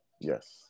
Yes